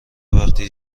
وقتی